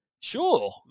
Sure